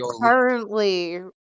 currently